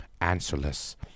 answerless